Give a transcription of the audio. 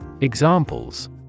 Examples